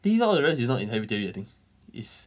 leave out all the rest is not in hybrid theory I think it's